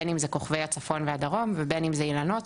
בין אם זה כוכבי הדרום והצפון ובין אם זה באילנות,